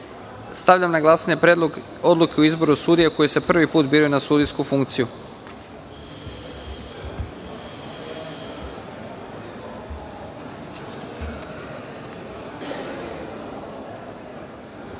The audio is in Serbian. na glasanje Predlog odluke o izboru sudija koji se prvi put biraju na sudijsku funkciju. Molim